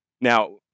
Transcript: Now